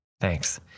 Thanks